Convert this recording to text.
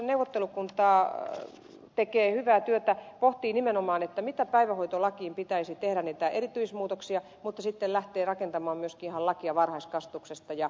varhaiskasvatuksen neuvottelukunta tekee hyvää työtä pohtii nimenomaan mitä erityismuutoksia päivähoitolakiin pitäisi tehdä mutta sitten lähtee rakentamaan myös lakia varhaiskasvatuksesta